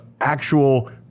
actual